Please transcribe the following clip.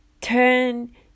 turn